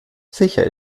sicher